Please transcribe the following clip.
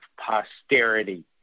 posterity